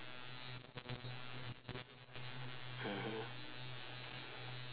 mmhmm